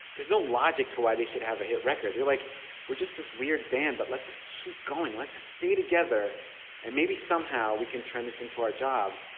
there's no logic to why they should have a hit record. like we're just this weird band, but let's just keep going. let's just stay together and maybe somehow we can turn this into our job.